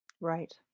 Right